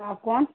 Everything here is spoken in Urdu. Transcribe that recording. آاں کون